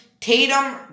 Tatum